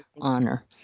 honor